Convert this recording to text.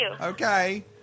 Okay